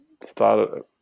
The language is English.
Started